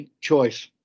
choice